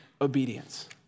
obedience